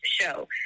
show